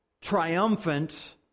triumphant